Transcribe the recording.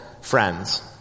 friends